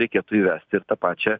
reikėtų įvesti ir tą pačią